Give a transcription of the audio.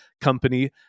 company